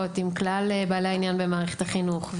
בנושא עם כלל בעלי העניין במערכת החינוך,